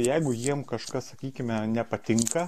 jeigu jiem kažkas sakykime nepatinka